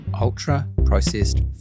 Ultra-processed